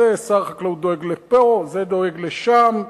שר החקלאות דואג לפה, זה דואג לשם,